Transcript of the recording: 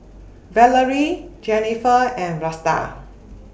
Valarie Jennifer and Vlasta